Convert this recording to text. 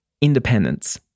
independence